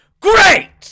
Great